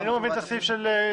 אני לא מבין את סעיף (5).